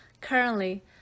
Currently